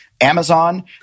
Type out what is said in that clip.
Amazon